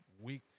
week